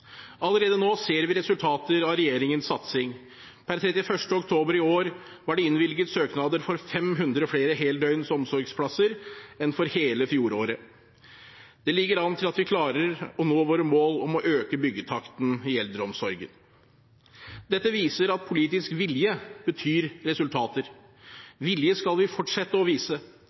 Allerede nå ser vi resultater av regjeringens satsing. Per 31. oktober i år var det innvilget søknader for 500 flere heldøgns omsorgsplasser enn for hele fjoråret. Det ligger an til at vi klarer å nå våre mål om å øke byggetakten i eldreomsorgen. Dette viser at politisk vilje betyr resultater. Vilje skal vi fortsette å vise.